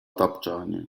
tapczanie